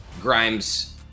Grimes